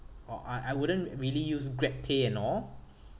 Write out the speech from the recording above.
oh I I wouldn't really use grabpay and all